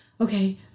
okay